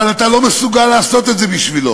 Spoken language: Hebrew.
אבל אתה לא מסוגל לעשת את זה בשבילו.